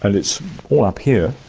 and it's all up here.